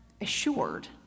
assured